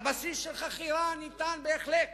על בסיס חכירה ניתן בהחלט